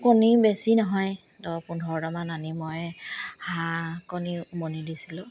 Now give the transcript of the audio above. কণী বেছি নহয় দহ পোন্ধৰটামান আনি মই হাঁহ কণী উমনি দিছিলোঁ